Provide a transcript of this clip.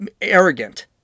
arrogant